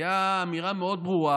הייתה אמירה מאוד ברורה